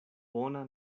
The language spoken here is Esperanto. bona